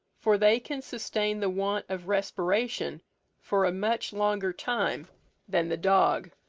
for they can sustain the want of respiration for a much longer time than the dog.